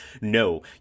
no